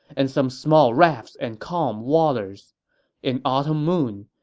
and some small rafts and calm waters in autumn moon,